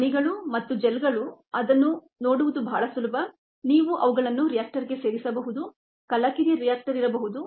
ಮಣಿಗಳು ಮತ್ತು ಜೆಲ್ಗಳು ಅದನ್ನು ನೋಡುವುದು ತುಂಬಾ ಸುಲಭ ನೀವು ಅವುಗಳನ್ನು ರಿಯಾಕ್ಟರ್ಗೆ ಸೇರಿಸಬಹುದು ಕಲಕಿದ ರಿಯಾಕ್ಟರ್ ಇರಬಹುದು